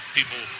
people